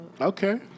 Okay